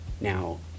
now